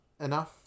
enough